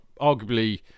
arguably